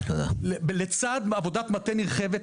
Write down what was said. לצד עבודת מטה נרחבת,